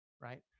right